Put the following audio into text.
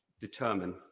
determine